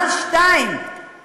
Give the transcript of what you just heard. אתה מבין?